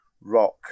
rock